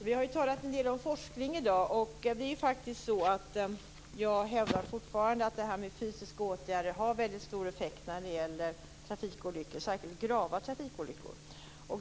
Herr talman! Vi har talat en del om forskning i dag. Jag hävdar fortfarande att fysiska åtgärder har stor effekt när det gäller trafikolyckor, särskilt grava trafikolyckor.